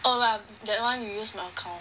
oh wa~ that [one] you use my account